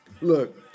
Look